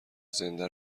زنده